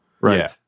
Right